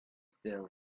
still